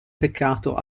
peccato